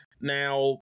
Now